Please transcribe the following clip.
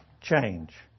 change